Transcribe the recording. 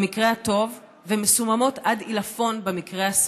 במקרה הטוב, ומסוממות עד עילפון במקרה הסביר.